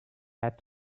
had